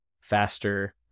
faster